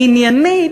הרי עניינית,